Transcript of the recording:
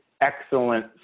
excellent